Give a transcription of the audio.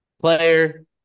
player